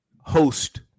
host